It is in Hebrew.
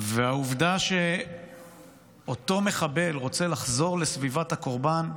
והעובדה שאותו מחבל רוצה לחזור לסביבת הקורבן,